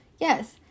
Yes